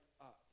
up